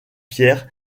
pierre